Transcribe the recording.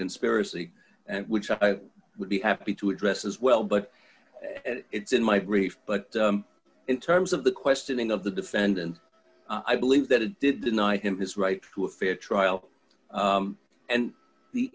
conspiracy and which i would be happy to address as well but it's in my brief but in terms of the questioning of the defendant i believe that it did deny him his right to a fair trial and the